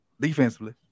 defensively